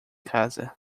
casa